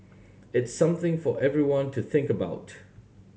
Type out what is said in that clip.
it's something for everyone to think about